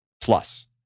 plus